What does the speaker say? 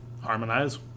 Harmonize